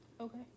Okay